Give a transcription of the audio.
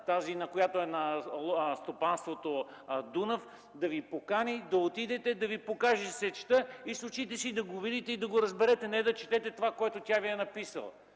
– директорът на стопанство „Дунав” да Ви покани, да отидете, за да Ви покажат сечта и с очите си да го видите и да го разберете, а не да четете това, което тя Ви е написала.